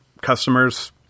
customers